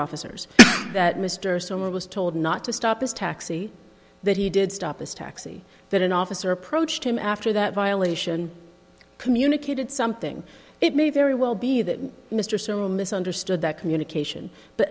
officers that mr stoller was told not to stop this taxi that he did stop this taxi that an officer approached him after that violation communicated something it may very well be that mr sewell misunderstood that communication but